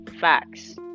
facts